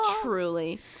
truly